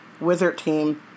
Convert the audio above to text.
wizardteam